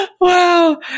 Wow